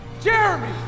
Jeremy